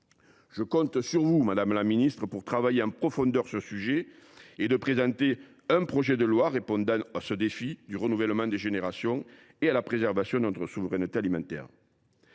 Je compte sur vous, madame la ministre, pour travailler en profondeur sur ce sujet et présenter un projet de loi répondant au défi du renouvellement des générations et à la préservation de notre souveraineté alimentaire.